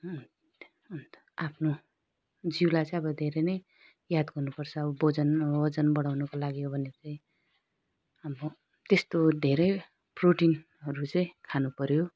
अन्त आफ्नो जिउलाई चाहिँ अब धेरै नै याद गर्नुपर्छ ओजन ओजन बढाउनुको लागि हो भनेदेखि अब त्यस्तो धेरै प्रोटिनहरू चाहिँ खानुपऱ्यो